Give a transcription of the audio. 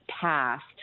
passed